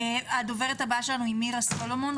הדוברת הבאה שלנו היא מירה סלומון,